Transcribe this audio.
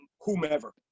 whomever